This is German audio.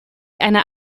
einer